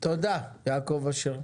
תודה, יעקב אשר.